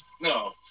No